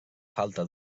falta